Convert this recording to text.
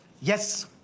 Yes